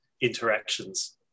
interactions